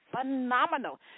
phenomenal